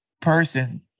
person